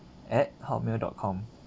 at hotmail dot com